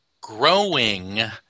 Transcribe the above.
growing